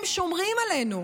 הם שומרים עלינו.